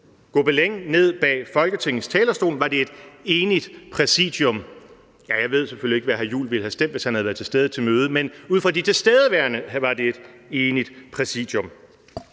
gobelin bag Folketingets talerstol ned, var det et enigt Præsidium. Ja, jeg ved selvfølgelig ikke, hvad hr. Christian Juhl ville have stemt, hvis han havde været til stede ved mødet, men i forhold til de tilstedeværende var det et enigt Præsidium.